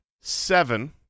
seven